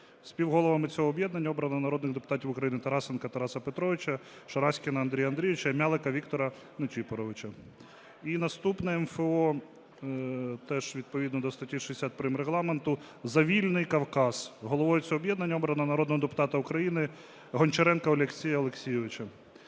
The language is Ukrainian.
Співголовами цього об'єднання обрано народних депутатів України Тарасенка Тараса Петровича, Шараськіна Андрія Андрійовича і М'ялика Віктора Ничипоровича. І наступним МФО є, теж відповідно до статті 60 прим. Регламенту, "За вільний Кавказ". Головою цього об'єднання обрано народного депутата України Гончаренка Олексія Олексійовича.